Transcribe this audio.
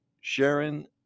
Sharon